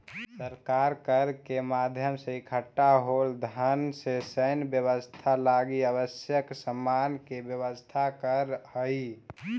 सरकार कर के माध्यम से इकट्ठा होल धन से सैन्य व्यवस्था लगी आवश्यक सामान के व्यवस्था करऽ हई